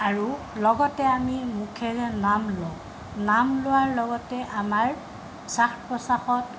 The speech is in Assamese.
আৰু লগতে আমি মুখেৰে নাম লওঁ নাম লোৱাৰ লগতে আমাৰ শ্বাস প্ৰশ্বাসত